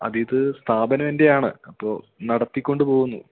അതിത് സ്ഥാപനം എൻറ്റെയാണ് അപ്പോൾ നടത്തിക്കൊണ്ട് പോകുന്നു